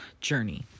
journey